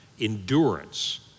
Endurance